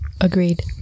Agreed